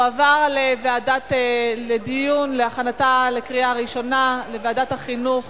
תועבר לדיון ולהכנתה לקריאה ראשונה בוועדת החינוך